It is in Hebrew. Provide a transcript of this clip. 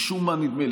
משום מה נדמה לי,